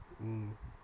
mm